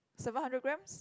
seven hundred grams